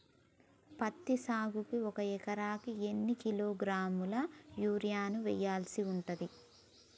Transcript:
పత్తి సాగుకు ఒక ఎకరానికి ఎన్ని కిలోగ్రాముల యూరియా వెయ్యాల్సి ఉంటది?